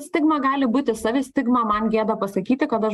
stigma gali būti savistigma man gėda pasakyti kad aš